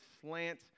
slant